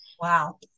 Wow